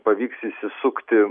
pavyks išsisukti